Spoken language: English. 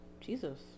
Jesus